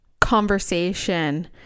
conversation